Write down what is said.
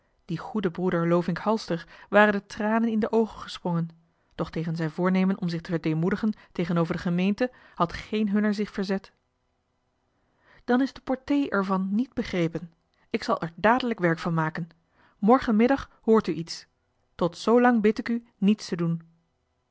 dien goeden broeder lovink halster waren de tranen in de oogen gesprongen doch tegen zijn voornemen om zich te verdeemoedigen tegenover de gemeente had geen hunner zich verzet dan is de portée ervan niet begrepen ik zal er dadelijk werk van maken morgenmiddag hoort u iets tot zoo lang bid ik u niets te doen